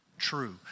true